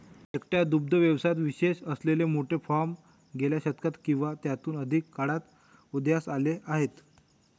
एकट्या दुग्ध व्यवसायात विशेष असलेले मोठे फार्म गेल्या शतकात किंवा त्याहून अधिक काळात उदयास आले आहेत